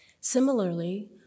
Similarly